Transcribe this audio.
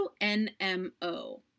NMO